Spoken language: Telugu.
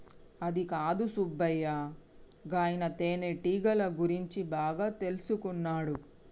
అదికాదు సుబ్బయ్య గాయన తేనెటీగల గురించి బాగా తెల్సుకున్నాడు